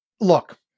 look